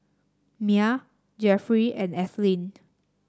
Mia Jeffrey and Ethyle